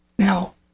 Now